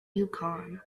yukon